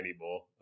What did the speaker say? anymore